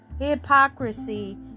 hypocrisy